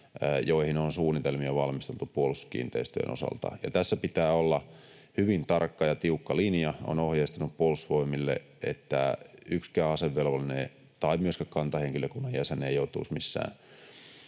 joihin on suunnitelmia valmisteltu Puolustuskiinteistöjen osalta. Tässä pitää olla hyvin tarkka ja tiukka linja, ja olen ohjeistanut Puolustusvoimille, että yksikään asevelvollinen tai myöskään kantahenkilökunnan jäsen ei joutuisi missään